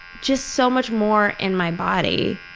just so much more in my body.